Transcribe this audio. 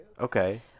okay